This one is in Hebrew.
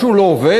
משהו לא עובד?